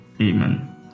Amen